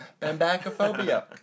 bambacophobia